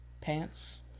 pants